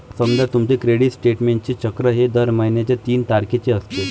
समजा तुमचे क्रेडिट स्टेटमेंटचे चक्र हे दर महिन्याच्या तीन तारखेचे असते